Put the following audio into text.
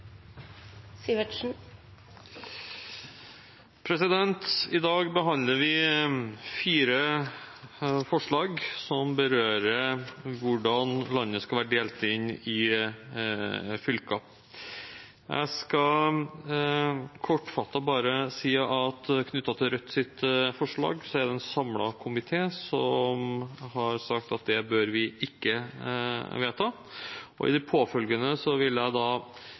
berører hvordan landet skal være delt inn i fylker. Jeg skal kortfattet si at knyttet til Rødts forslag har en samlet komité sagt at det bør vi ikke vedta. I det påfølgende vil jeg